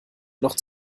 noch